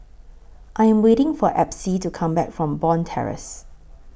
I Am waiting For Epsie to Come Back from Bond Terrace